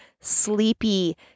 sleepy